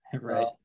Right